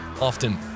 often